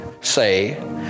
say